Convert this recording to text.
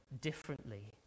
differently